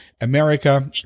America